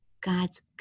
God's